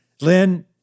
Lynn